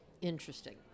Interesting